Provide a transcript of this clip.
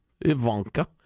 Ivanka